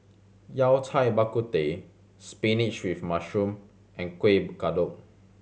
Yao Cai Bak Kut Teh spinach with mushroom and Kuih Kodok